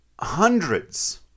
Hundreds